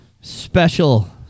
Special